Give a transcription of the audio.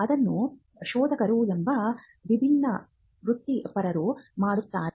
ಇದನ್ನು ಶೋಧಕರು ಎಂಬ ವಿಭಿನ್ನ ವೃತ್ತಿಪರರು ಮಾಡುತ್ತಾರೆ